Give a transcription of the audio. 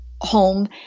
home